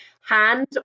hand